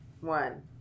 One